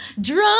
Drunk